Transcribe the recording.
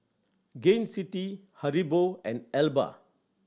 Gain City Haribo and Alba